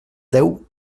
deu